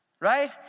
right